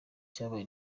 cyabaye